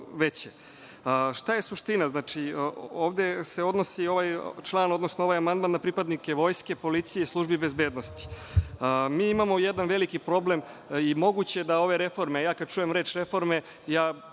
je suština? Ovde se odnosi ovaj član, odnosno ovaj amandman na pripadnike Vojske, policije i službi bezbednosti. Mi imamo jedan veliki problem i moguće da ove reforme, kada čujem reč – reforme,